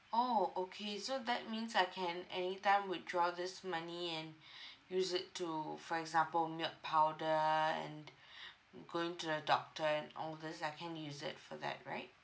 orh okay so that means I can anytime withdraw this money and use it to for example milk powder and going to the doctor and all these I can use it for that right